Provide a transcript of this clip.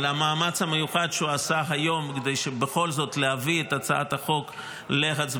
על המאמץ המיוחד שהוא עשה היום כדי בכל זאת להביא את הצעת החוק להצבעה